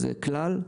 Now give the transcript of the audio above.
זה כלל.